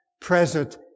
present